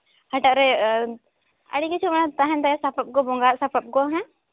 ᱦᱟᱴᱟᱜ ᱨᱮ ᱟᱹᱰᱤ ᱠᱤᱪᱷᱩ ᱛᱟᱦᱮᱸᱱ ᱛᱟᱭᱟ ᱥᱟᱯᱟᱵ ᱠᱚ ᱵᱚᱸᱜᱟᱣᱟᱜ ᱥᱟᱯᱟᱵ ᱠᱚ ᱦᱮᱸ